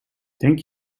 denk